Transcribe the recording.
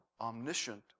omniscient